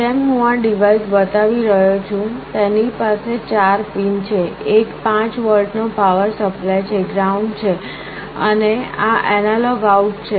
જેમ હું આ ડિવાઇસ બતાવી રહ્યો છું તેની પાસે ચાર પિન છે એક 5 વોલ્ટ નો પાવર સપ્લાય છે ગ્રાઉન્ડ છે પછી આ એનાલોગ આઉટ છે